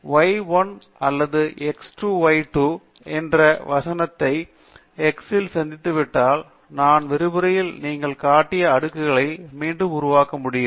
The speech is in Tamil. Y 1 அல்லது x 2 y 2 என்ற வசனங்களை x சதித்திட்டால் நான் விரிவுரையில் நீங்கள் காட்டிய அடுக்குகளை மீண்டும் உருவாக்க முடியும்